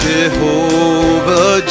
Jehovah